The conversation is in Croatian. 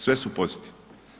Sve su pozitivne.